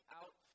out